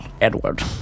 Edward